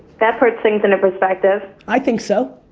that put things into perspective. i think so.